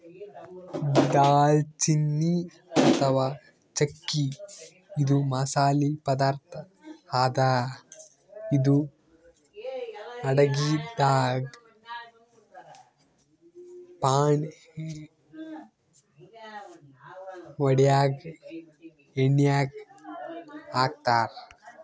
ದಾಲ್ಚಿನ್ನಿ ಅಥವಾ ಚಕ್ಕಿ ಇದು ಮಸಾಲಿ ಪದಾರ್ಥ್ ಅದಾ ಇದು ಅಡಗಿದಾಗ್ ಫಾಣೆ ಹೊಡ್ಯಾಗ್ ಎಣ್ಯಾಗ್ ಹಾಕ್ತಾರ್